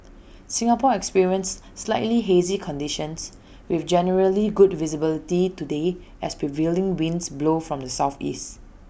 Singapore experienced slightly hazy conditions with generally good visibility today as prevailing winds blow from the Southeast